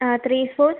ആ three four